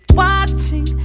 watching